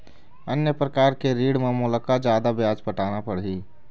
अन्य प्रकार के ऋण म मोला का जादा ब्याज पटाना पड़ही?